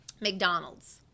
McDonald's